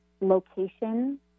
location